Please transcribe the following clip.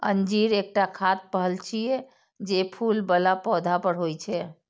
अंजीर एकटा खाद्य फल छियै, जे फूल बला पौधा पर होइ छै